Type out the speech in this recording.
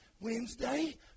Wednesday